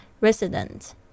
resident